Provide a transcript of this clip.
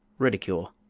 ridicule.